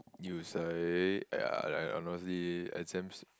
you say !aiya! honestly exams